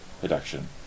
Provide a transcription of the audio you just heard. production